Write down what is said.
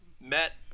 met